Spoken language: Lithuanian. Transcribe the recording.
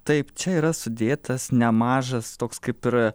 taip čia yra sudėtas nemažas toks kaip ir